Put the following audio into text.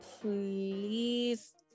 please